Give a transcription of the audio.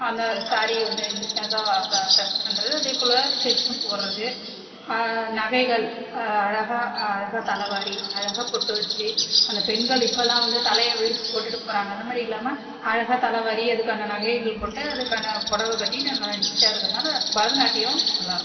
அந்த சாரீயை வந்து நீட்னஸ்ஸாக ப்ர ப்ரெசென்ட் பண்ணுறது அதேபோல் ஸ்டெப்ஸும் போடுறது நகைகள் அழகாக அழகாக தலவாரி அழகாக பொட்டு வச்சு அந்த பெண்கள் இப்போலாம் வந்து தலையை விரிச்சு போட்டுகிட்டு போகறாங்க அந்தமாதிரி இல்லாமல் அழகாக தலைவாரி அதற்கான நகைகள் போட்டா அதற்கான புடவ கட்டி நீட்டாக இருக்கிறனால பரதநாட்டியம் நல்லாருக்கும்